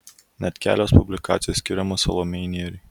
net kelios publikacijos skiriamos salomėjai nėriai